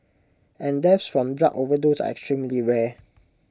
and deaths from drug overdose are extremely rare